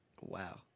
Wow